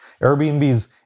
Airbnb's